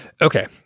Okay